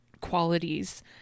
qualities